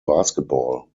basketball